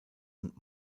und